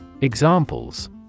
Examples